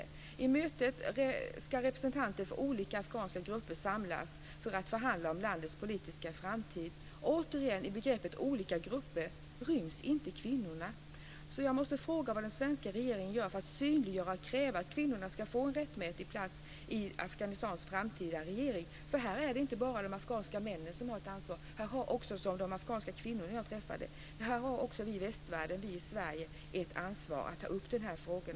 Vid mötet ska representanter för olika afghanska grupper samlas för att förhandla om landets politiska framtid. I begreppet olika grupper ryms återigen inte kvinnorna. detta sammanhang är det nämligen inte bara de afghanska männen som har ett ansvar. Här har också, som de afghanska kvinnorna som jag träffade sade, vi i Sverige och västvärlden ett ansvar att ta upp dessa frågor.